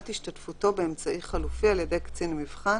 השתתפותו באמצעי חלופי על ידי קצין מבחן